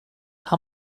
how